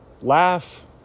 Laugh